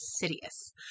insidious